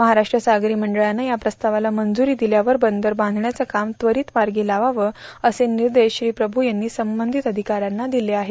महाराष्ट्र सागरो मंडळाने या प्रस्तावाला मंजूरो दिल्यावर बंदर बांधण्याचे काम र्त्वारत मार्गा लावावे असे र्मिदश प्रभू यांनी संर्बांधत र्अाधकाऱ्यांना दिले आहेत